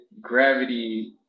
gravity